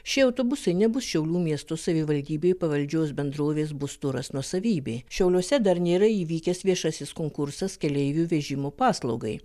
šie autobusai nebus šiaulių miesto savivaldybei pavaldžios bendrovės bus turas nuosavybė šiauliuose dar nėra įvykęs viešasis konkursas keleivių vežimo paslaugai